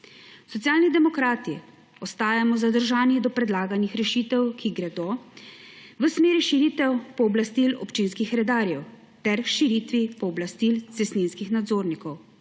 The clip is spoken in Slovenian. Socialni demokrati ostajamo zadržani do predlaganih rešitev, ki gredo v smeri širitev pooblastil občinskih redarjev ter širitev pooblastil cestninskih nadzornikov,